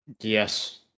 Yes